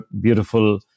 beautiful